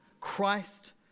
Christ